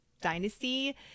Dynasty